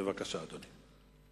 בבקשה, אדוני.